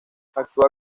actúa